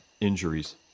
injuries